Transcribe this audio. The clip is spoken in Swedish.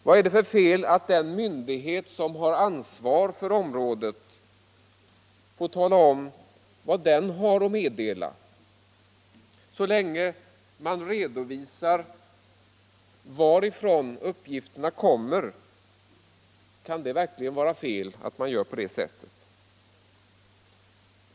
Vad är det för fel att den myndighet som har ansvar för området får tala om vad den har att meddela? Så länge man redovisar varifrån uppgifterna kommer kan det väl inte vara fel att göra på det sättet?